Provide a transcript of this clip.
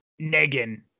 Negan